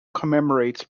commemorates